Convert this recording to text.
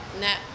net